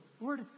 Lord